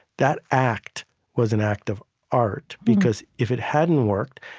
that act was an act of art because if it hadn't worked,